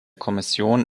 kommission